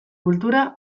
kultura